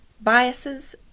biases